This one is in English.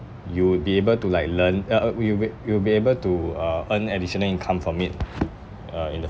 you would be able to like learn uh uh you will be able to uh earn additional income from it uh in the